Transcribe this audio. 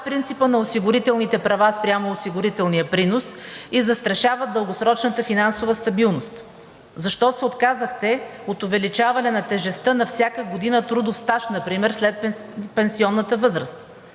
принципа на осигурителните права спрямо осигурителния принос и застрашават дългосрочната финансова стабилност. Защо се отказахте от увеличаване на тежестта на всяка година трудов стаж например след пенсионната възраст?